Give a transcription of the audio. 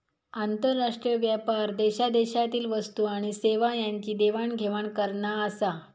आंतरराष्ट्रीय व्यापार देशादेशातील वस्तू आणि सेवा यांची देवाण घेवाण करना आसा